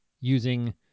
using